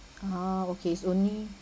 ha okay it's only